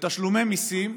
לתשלומי מיסים,